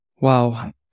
Wow